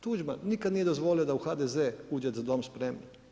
Tuđman nikad nije dozvolio da u HDZ uđe „Za dom spremni“